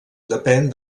depèn